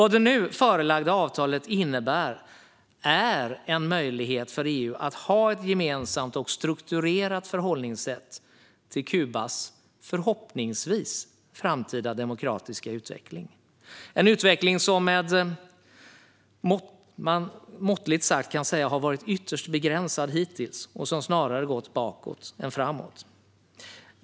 Det nu förelagda avtalet ger EU en möjlighet att ha ett gemensamt och strukturerat förhållningssätt till Kubas förhoppningsvis framtida demokratiska utveckling - en utveckling som man måttligt sagt kan säga har varit ytterst begränsad hittills och som snarare gått bakåt än framåt.